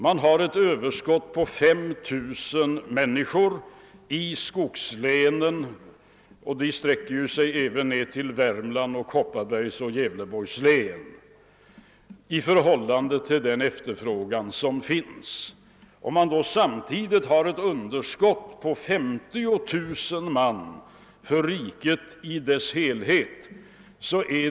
I. skogslänen — som sträcker sig ner till Värmlands, Kopparbergs och Gävleborgs län — har man alltså ett överskott av 5 000 människor i förhållande till efterfrågan. Samtidigt har vi ett underskott på 50 000 i riket i dess helhet.